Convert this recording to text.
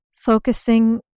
focusing